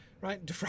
right